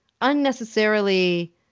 unnecessarily